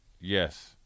Yes